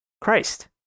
Christ